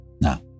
Now